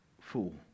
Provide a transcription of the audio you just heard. fool